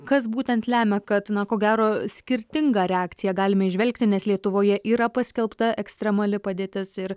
kas būtent lemia kad ko gero skirtingą reakciją galima įžvelgti nes lietuvoje yra paskelbta ekstremali padėtis ir